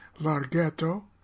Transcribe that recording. Larghetto